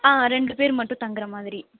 ஆ ரெண்டு பேர் மட்டும் தங்கிற மாதிரி